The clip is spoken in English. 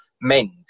mend